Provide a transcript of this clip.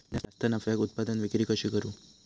जास्त नफ्याक उत्पादन विक्री कशी करू?